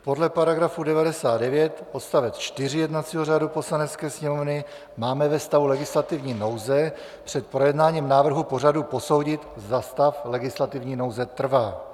Podle § 99 odst. 4 jednacího řádu Poslanecké sněmovny máme ve stavu legislativní nouze před projednáním návrhu pořadu posoudit, zda stav legislativní nouze trvá.